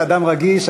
אתה אדם רגיש,